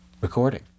recording